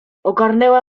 ogarnęła